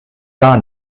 gar